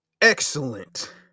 Excellent